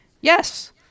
yes